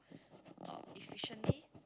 uh efficiently